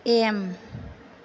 M